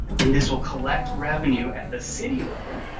and this will collect revenue at the city level,